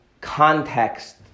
context